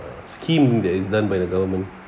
uh scheme that is done by the government